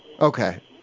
Okay